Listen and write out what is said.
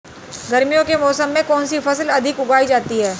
गर्मियों के मौसम में कौन सी फसल अधिक उगाई जाती है?